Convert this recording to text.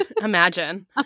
Imagine